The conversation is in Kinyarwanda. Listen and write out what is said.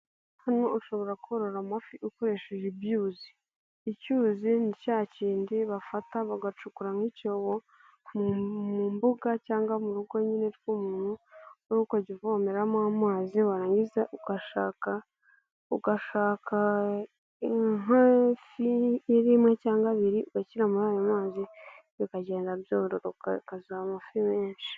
Hano ushobora korora amafi, ukoresheje ibyuzi. Icyuzi ni cya kindi bafata bagacukuramo icyobo mu mbuga, cyangwa mu rugo nyine rw'umuntu, noneho ukajya uvomeramo amazi warangiza ugashaka nk'ifi rimwe cyangwa abiri, ugashyira muri ayo mazi bikagenda byororoka bikazaba amafi menshi.